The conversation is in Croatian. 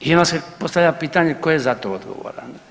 I onda se postavlja pitanje tko je za to odgovoran.